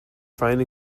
find